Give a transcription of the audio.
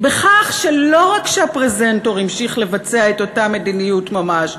בכך שלא רק שהפרזנטור המשיך לבצע את אותה מדיניות ממש,